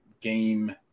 game